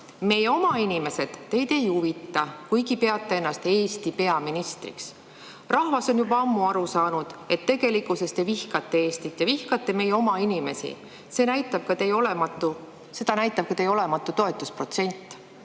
Meie oma inimesed teid ei huvita, kuigi te peate ennast Eesti peaministriks. Rahvas on juba ammu aru saanud, et tegelikkuses te vihkate Eestit, vihkate meie oma inimesi. Seda näitab ka teie olematu toetusprotsent.